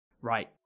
Right